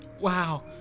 Wow